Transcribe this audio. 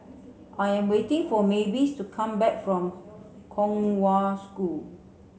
I am waiting for Mavis to come back from Kong Hwa School